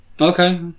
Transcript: Okay